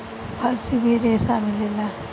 फल से भी रेसा मिलेला